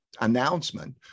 announcement